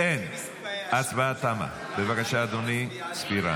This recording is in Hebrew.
הצבעת נגד חוקים --- תדרכו.